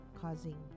causing